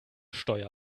steuer